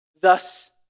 Thus